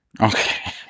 Okay